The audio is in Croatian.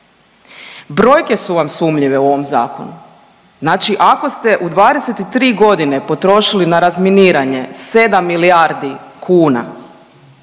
Brojke su vam sumnjive u ovom zakonu, znači ako ste u 23 godine potrošili na razminiranje sedam milijardi kuna,